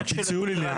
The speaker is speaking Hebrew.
איך שלא תקרא לזה